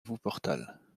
wuppertal